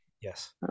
yes